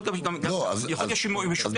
יכול להיות משותפת.